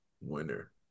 winner